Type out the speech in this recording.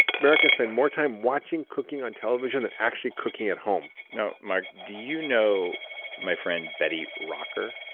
americans spend more time watching cooking on television than actually cooking at home now mark, do you know my friend betty rocker?